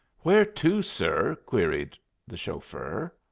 where to, sir? queried the chauffeur.